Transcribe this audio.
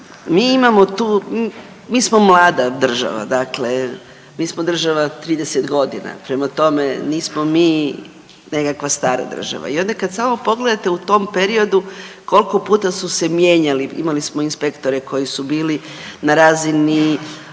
mi smo mlada država, dakle mi smo država 30 godina, prema tome, nismo mi nekakva stara država i onda kad samo pogledate u tom periodu koliko puta su se mijenjali, imali smo inspektore koji su bili na razini